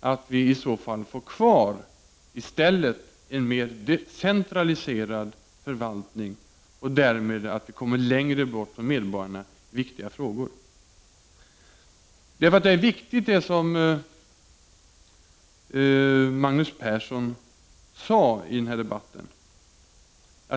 att vi i stället får kvar en mer centraliserad förvaltning och därmed kommer längre ' aan frågor som är viktiga för medborgarna. Det som Magnus Persson sade i den här debatten är viktigt.